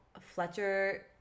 Fletcher